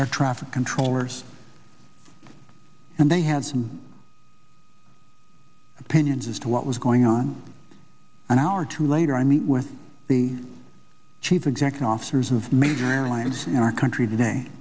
controllers and they had some opinions as to what was going on an hour or two later i meet with the chief executive officers of major airlines in our country today